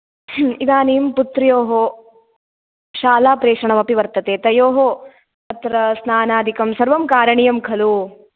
इदानीं पुत्र्योः शालाप्रेषणम् अपि वर्तते तयोः तत्र स्नानादिकं सर्वं कारणियं खलु